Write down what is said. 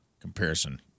comparison